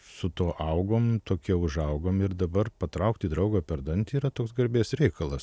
su tuo augom tokie užaugom ir dabar patraukti draugą per dantį yra toks garbės reikalas